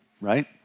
right